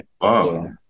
Wow